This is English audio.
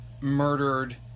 murdered